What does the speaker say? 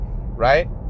right